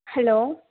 hello